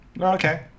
okay